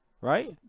right